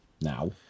now